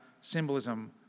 symbolism